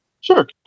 sure